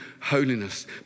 holiness